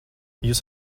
jūs